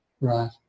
Right